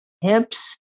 hips